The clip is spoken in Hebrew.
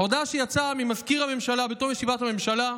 ההודעה שיצאה ממזכיר הממשלה בתום ישיבת הממשלה,